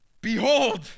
behold